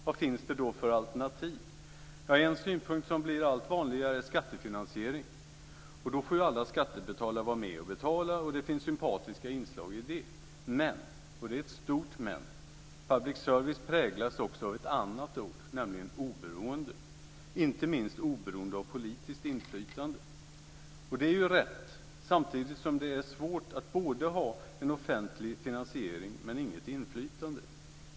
Vad finns det då för alternativ? Ja, en synpunkt som blir allt vanligare är skattefinansiering, och då får ju alla skattebetalare vara med och betala. Det finns sympatiska inslag i det. Men, och det är ett stort men, public service präglas också av annat ord, nämligen oberoende, inte minst oberoende av politiskt inflytande. Och det är ju rätt, samtidigt som det är svårt att ha en offentlig finansiering men inget inflytande.